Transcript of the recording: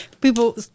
people